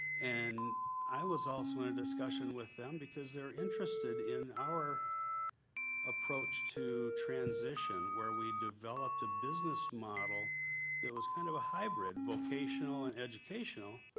and i was also in a discussion with them because they're interested in our approach to transition where we developed a business model that was kind of a hybrid vocational and educational,